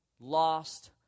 lost